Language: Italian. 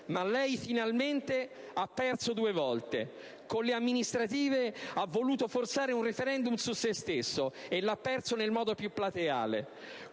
Ma lei finalmente ha perso due volte. Con le amministrative ha voluto forzare un *referendum* su se stesso, e lo ha perso nel modo più plateale.